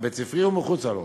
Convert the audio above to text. הבית-ספרי ומחוצה לו,